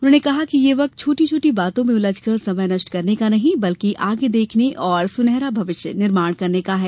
उन्होने कहा कि ये वक्त छोटी छोटी बातों में उलझ कर समय नष्ट करने का नहीं बल्कि आगे देखने और सुनहरा भविष्य निर्माण करने का है